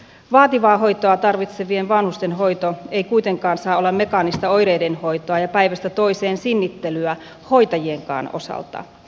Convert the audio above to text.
vaativaa hoitoa tarvitsevien vanhusten hoito ei kuitenkaan saa olla mekaanista oireiden hoitoa ja päivästä toiseen sinnittelyä hoitajienkaan osalta